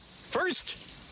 first